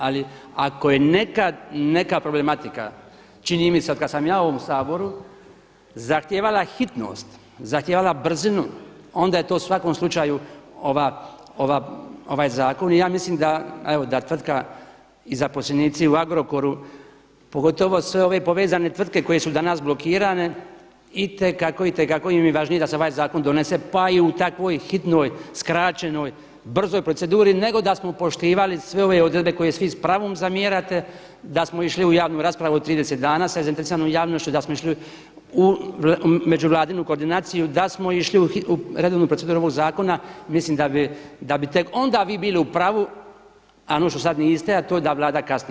Ali ako je nekad neka problematika čini mi se od kada sam ja u ovom Saboru zahtijevala hitnost, zahtijevala brzinu onda je to u svakom slučaju ovaj zakon i ja mislim da tvrtka i zaposlenici u Agrokoru pogotovo sve ove povezane tvrtke koje su danas blokirane itekako, itekako im je važnije da se ovaj zakon donese pa i u takvoj hitnoj, skraćenoj, brzoj proceduri nego da smo poštivali sve ove odredbe koje svi s pravom zamjerate da smo išli u javnu raspravu od 30 dana sa zainteresiranom javnošću, da smo išli u međuvladinu koordinaciju, da smo išli u redovnu proceduru ovog zakona mislim da bi tek onda vi bili u pravu, a ono što sada niste, a to je da Vlada kasni.